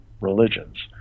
religions